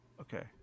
okay